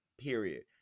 Period